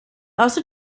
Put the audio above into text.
also